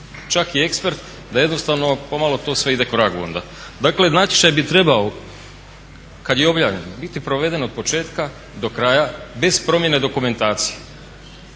čak i ekspert da jednostavno pomalo to sve ide k vragu onda. Dakle, natječaj bi trebao kad je objavljen biti proveden od početka do kraja bez promjene dokumentacije.